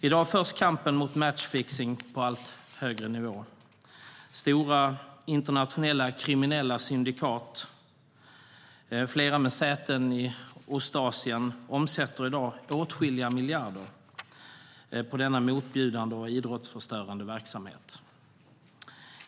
I dag förs kampen mot matchfixning på allt högre nivå. Stora internationella kriminella syndikat, flera med säten i Ostasien, omsätter i dag åtskilliga miljarder på denna motbjudande och idrottsförstörande verksamhet.